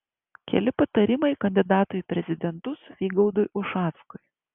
keli patarimai kandidatui į prezidentus vygaudui ušackui